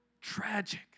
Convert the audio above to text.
Tragic